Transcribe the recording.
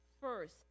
first